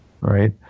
Right